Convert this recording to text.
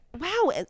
wow